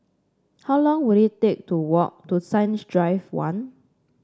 how long will it take to walk to Science Drive One